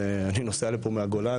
אני נוסע לפה מהגולן,